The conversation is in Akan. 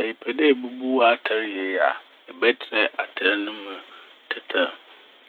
Sɛ epɛ dɛ ebubu w'atar yie a ebɛtsrɛ atar no mu tatar